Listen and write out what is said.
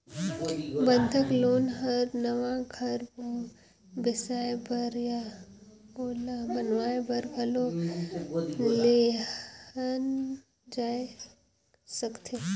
बंधक लोन हर नवा घर बेसाए बर या ओला बनावाये बर घलो लेहल जाय सकथे